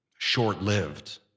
short-lived